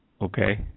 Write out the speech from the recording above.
Okay